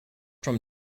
from